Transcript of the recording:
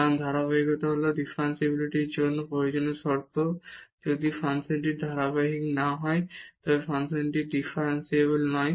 কারণ ধারাবাহিকতা হল ডিফারেনশিবিলিটির জন্য প্রয়োজনীয় শর্ত যদি ফাংশনটি ধারাবাহিক না হয় তবে ফাংশনটি ডিফারেনশিবল নয়